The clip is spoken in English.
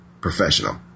professional